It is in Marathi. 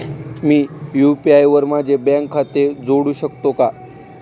मी यु.पी.आय वर माझे बँक खाते जोडू शकतो का?